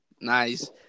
Nice